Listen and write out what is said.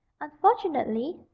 unfortunately